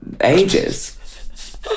ages